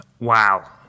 wow